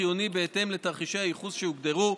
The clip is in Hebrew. חיוני בהתאם לתרחישי הייחוס שהוגדרו.